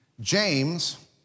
James